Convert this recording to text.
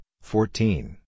fourteen